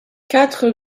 quatre